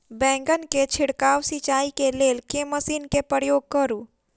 बैंगन केँ छिड़काव सिचाई केँ लेल केँ मशीन केँ प्रयोग करू?